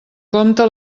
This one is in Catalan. compte